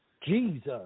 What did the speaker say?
Jesus